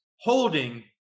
holding